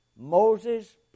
Moses